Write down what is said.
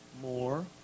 More